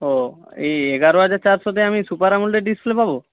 ও এই এগারো হাজার চারশো দিয়ে আমি সুপার আমলের ডিসপ্লে পাবো